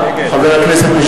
נגד חבר הכנסת מגלי